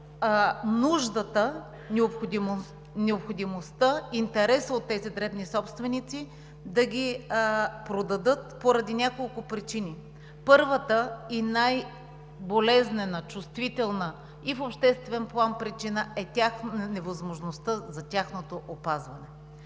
нуждата, необходимостта, интересът на тези дребни собственици да ги продадат поради няколко причини. Първата и най-болезнена, чувствителна и в обществен план причина е невъзможността за тяхното опазване.